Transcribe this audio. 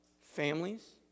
families